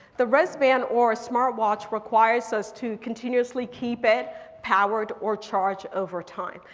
the wrist band or a smart watch requires us to continuously keep it powered or charged over time.